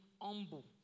humble